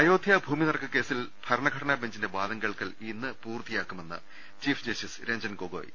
അയോധ്യ ഭൂമി തർക്കക്കേസിൽ ഭരണഘടനാ ബെഞ്ചിന്റെ വാദം കേൾക്കൽ ഇന്ന് പൂർത്തിയാക്കുമെന്ന് ചീഫ് ജസ്റ്റിസ് രഞ്ജൻ ഗൊഗോയ്